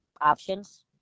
options